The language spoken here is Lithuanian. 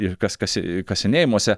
ir kas kasi kasinėjimuose